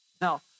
Now